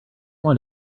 want